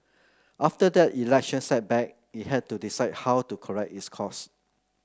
after that election setback it had to decide how to correct its course